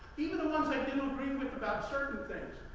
even ones i didn't agree with about certain things,